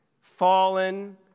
fallen